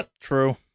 true